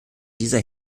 dieser